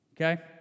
Okay